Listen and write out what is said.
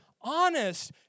honest